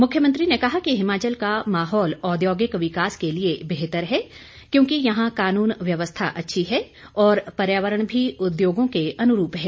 मुख्यमंत्री ने कहा कि हिमाचल का माहौल औद्योगिक विकास के लिए बेहतर है क्योंकि यहां कानून व्यवस्था अच्छी है और पर्यावरण भी उद्योगों के अनुरूप है